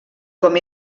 com